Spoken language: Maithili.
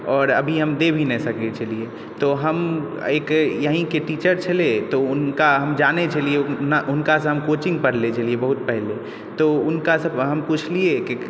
आओर अभी हम दे भी नहि सकैत छलय तऽ हम एक यहीके टीचर छलय तऽ हुनका हम जानैत छलियै हुनकासँ हम कोचिंग पढ़ने छलियै बहुत पहिले तऽ हुनकासँ हम पुछलियै